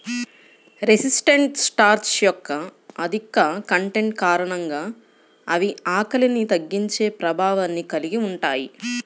resistant starch యొక్క అధిక content కారణంగా అవి ఆకలిని తగ్గించే ప్రభావాన్ని కలిగి ఉంటాయి